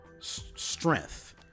strength